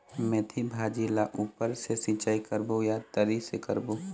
मेंथी भाजी ला ऊपर से सिचाई करबो या तरी से करबो?